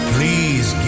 Please